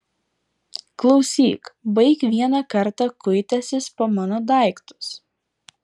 klausyk baik vieną kartą kuitęsis po mano daiktus